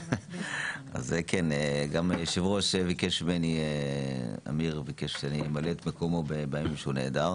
גם היושב ראש ביקש ממני למלא את מקומו בימים בהם הוא נעדר.